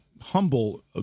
humble